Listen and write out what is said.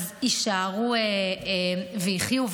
הם יישארו ויחיו.